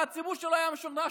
והציבור שלו היה משוכנע,